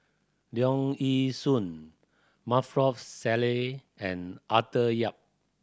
Leong Yee Soo Maarof Salleh and Arthur Yap